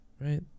Right